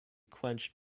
quenched